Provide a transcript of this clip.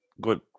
Good